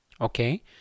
okay